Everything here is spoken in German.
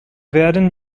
werden